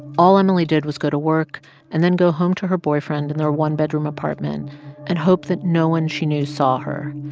all emily did was go to work and then go home to her boyfriend in their one-bedroom apartment and hope that no one she knew saw her.